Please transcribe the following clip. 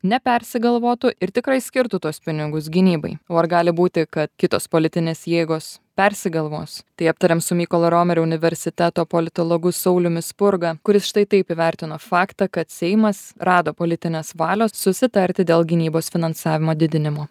nepersigalvotų ir tikrai skirtų tuos pinigus gynybai o ar gali būti kad kitos politinės jėgos persigalvos tai aptarėm su mykolo romerio universiteto politologu sauliumi spurga kuris štai taip įvertino faktą kad seimas rado politinės valios susitarti dėl gynybos finansavimo didinimo